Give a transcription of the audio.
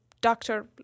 doctor